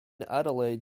adelaide